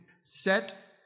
Set